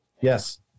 Yes